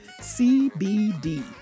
CBD